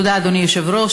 תודה, אדוני היושב-ראש.